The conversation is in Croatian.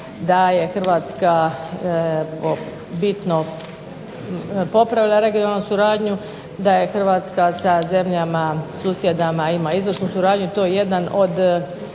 da je Hrvatska bitno popravila regionalnu suradnju, da je Hrvatska sa zemljama susjedama ima izvrsnu suradnju. To je jedan od